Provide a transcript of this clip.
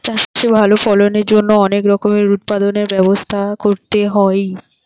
চাষে ভালো ফলনের জন্য অনেক রকমের উৎপাদনের ব্যবস্থা করতে হইন